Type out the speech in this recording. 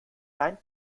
dein